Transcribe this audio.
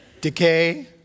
decay